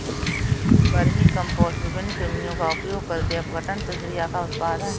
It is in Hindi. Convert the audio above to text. वर्मीकम्पोस्ट विभिन्न कृमियों का उपयोग करके अपघटन प्रक्रिया का उत्पाद है